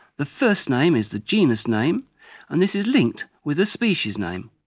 the first name is the genus name and this is linked with a species name.